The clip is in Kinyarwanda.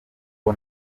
uwo